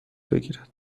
بگیرد